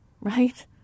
right